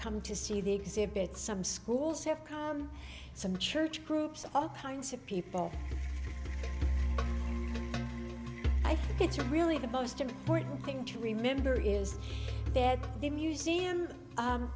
come to see the exhibit some schools have come some church groups all kinds of people i think it's really the most important thing to remember is that the museum